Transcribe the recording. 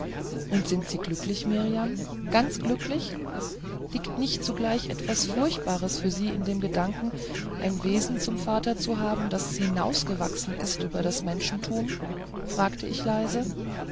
und sind sie glücklich mirjam ganz glücklich liegt nicht zugleich etwas furchtbares für sie in dem gedanken ein wesen zum vater zu haben das hinausgewachsen ist über alles menschentum fragte ich leise